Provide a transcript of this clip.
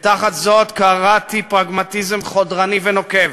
ותחת זאת קראתי פרגמטיזם חודרני ונוקב.